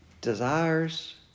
desires